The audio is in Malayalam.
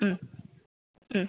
ഉം ഉം